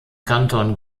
kanton